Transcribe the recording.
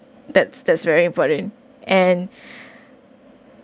that's that's very important and